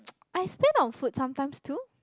I spend on food sometimes too